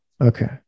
Okay